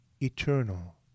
eternal